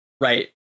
right